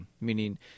Meaning